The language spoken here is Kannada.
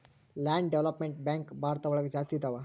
ಲ್ಯಾಂಡ್ ಡೆವಲಪ್ಮೆಂಟ್ ಬ್ಯಾಂಕ್ ಭಾರತ ಒಳಗ ಜಾಸ್ತಿ ಇದಾವ